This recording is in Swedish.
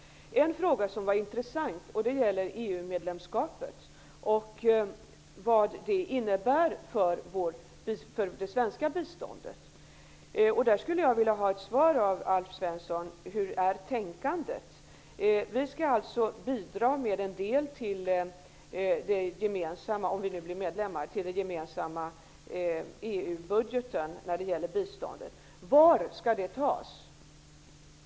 Frågan om vad EU-medlemskapet innebär för det svenska biståndet är intressant. Jag skulle vilja ha ett svar från Alf Svensson när det gäller frågan om hur man tänker. Vi skall alltså, om vi nu blir medlemmar, bidra med en del till den gemensamma EU-budgeten för biståndet. Varifrån skall det tas?